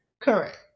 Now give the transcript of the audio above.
Correct